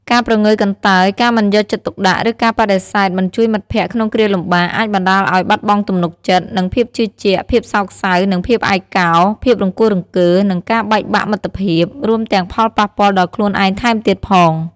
ការព្រងើយកន្តើយ ការមិនយកចិត្តទុកដាក់ ឬការបដិសេធមិនជួយមិត្តភក្តិក្នុងគ្រាលំបាក អាចបណ្តាលឲ្យ បាត់បង់ទំនុកចិត្ត និងភាពជឿជាក់ ភាពសោកសៅ និងភាពឯកោ ភាពរង្គោះរង្គើ និងការបែកបាក់មិត្តភាព រួមទាំងផលប៉ះពាល់ដល់ខ្លួនឯងថែមទៀតផង។